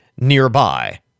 nearby